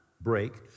break